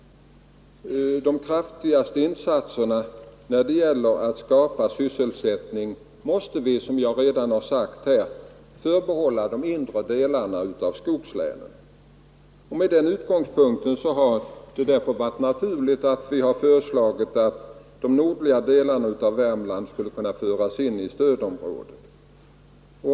De kraftigaste insatserna för att skapa sysselsättning måste vi, som jag redan sagt, förbehålla de inre delarna av skogslänen. Med den utgångspunkten har det varit naturligt att föreslå att de nordligaste delarna av Värmland skall föras in i stödområdet.